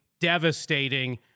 devastating